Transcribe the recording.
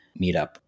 meetup